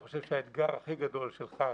אני חושב שהאתגר הכי גדול שלך,